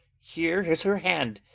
here is her hand,